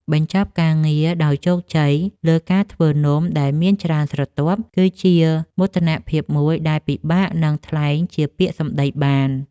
បញ្ចប់ការងារដោយជោគជ័យលើការធ្វើនំដែលមានច្រើនស្រទាប់ គឺជាមោទនភាពមួយដែលពិបាកនឹងថ្លែងជាពាក្យសម្ដីបាន។